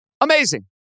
Amazing